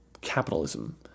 capitalism